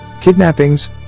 Kidnappings